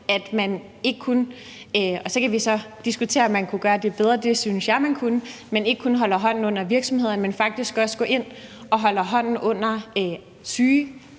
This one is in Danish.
at man – og så kan vi jo diskutere, om man kunne have gjort det bedre; det synes jeg at man kunne – ikke kun holder hånden under virksomheder, men faktisk også går ind og holder hånden under syge